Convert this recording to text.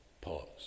Pause